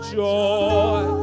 joy